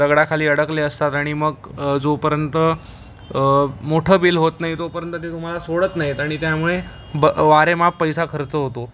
दगडाखाली अडकले असतात आणि मग जोपर्यंत मोठं बिल होत नाही तोपर्यंत ते तुम्हाला सोडत नाहीत आणि त्यामुळे ब वारेमाप पैसा खर्च होतो